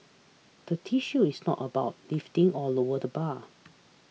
the issue is not about lifting or lower the bar